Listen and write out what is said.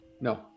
No